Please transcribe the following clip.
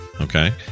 Okay